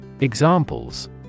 Examples